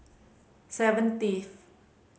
seventieth